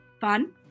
Fun